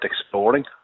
exploring